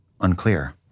unclear